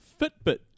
Fitbit